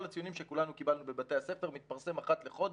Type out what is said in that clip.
כל הציונים שכולנו קיבלנו בבתי הספר מתפרסם אחת לחודש,